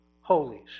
Holies